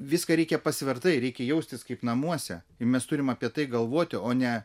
viską reikia pasvertai reikia jaustis kaip namuose ir mes turim apie tai galvoti o ne